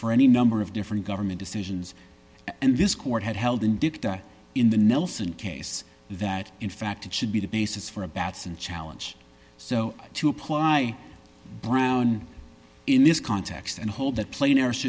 for any number of different government decisions and this court had held in dicta in the nelson case that in fact it should be the basis for a batson challenge so to apply brown in this context and hold that pla